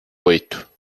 oito